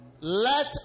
let